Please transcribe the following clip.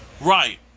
Right